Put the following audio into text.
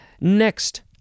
Next